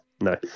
no